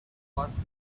was